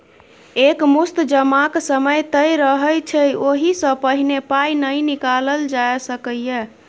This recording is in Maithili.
एक मुस्त जमाक समय तय रहय छै ओहि सँ पहिने पाइ नहि निकालल जा सकैए